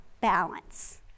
balance